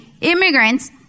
immigrants